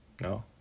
no